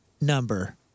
number